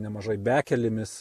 nemažai bekelėmis